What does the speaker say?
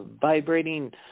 vibrating